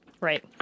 Right